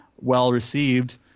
well-received